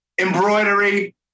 embroidery